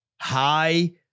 high